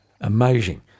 Amazing